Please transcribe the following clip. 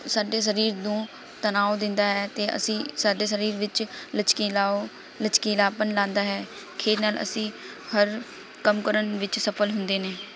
ਸਾਡੇ ਸਰੀਰ ਨੂੰ ਤਨਾਓ ਦਿੰਦਾ ਹੈ ਅਤੇ ਅਸੀਂ ਸਾਡੇ ਸਰੀਰ ਵਿੱਚ ਲਚਕੀਲਾਓ ਲਚਕੀਲਾਪਣ ਲਾਉਂਦਾ ਹੈ ਖੇਲ ਨਾਲ਼ ਅਸੀਂ ਹਰ ਕੰਮ ਕਰਨ ਵਿੱਚ ਸਫ਼ਲ ਹੁੰਦੇ ਨੇ